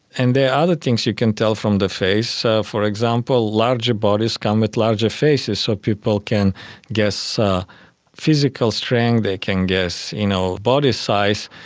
and there are other things you can tell from the face. for example, larger bodies come with larger faces, so people can guess physical strength, they can guess you know body size.